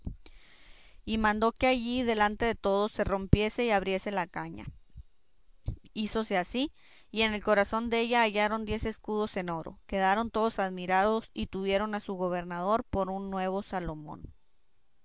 y mandó que allí delante de todos se rompiese y abriese la caña hízose así y en el corazón della hallaron diez escudos en oro quedaron todos admirados y tuvieron a su gobernador por un nuevo salomón